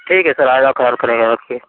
ٹھیک ہے سر آئندہ خیال کریں گے رکھیے